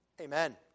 Amen